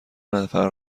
نفر